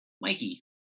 Mikey